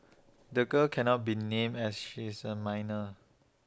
the girl cannot be named as she is A minor